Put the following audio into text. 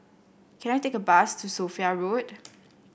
can I take a bus to Sophia Road